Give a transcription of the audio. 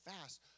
fast